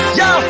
yo